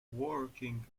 working